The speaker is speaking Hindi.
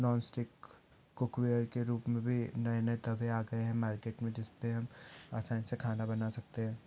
नॉन स्टिक कुक वेयर के रूप में वे नए नए तवे आ गए है मार्केट में जिसपे आसानी से खाना बना सकते हैं